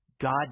God